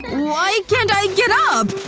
why can't i get up?